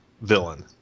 villain